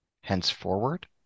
Henceforward